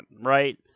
right